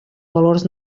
valors